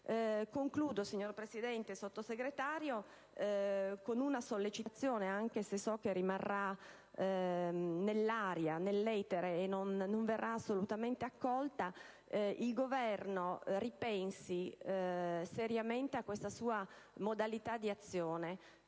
Concludo, signor Presidente, signor Sottosegretario, con una sollecitazione, anche se so che rimarrà nell'aria, nell'etere, e non verrà assolutamente accolta: il Governo ripensi seriamente a questa sua modalità di azione.